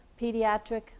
pediatric